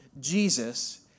Jesus